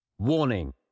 Warning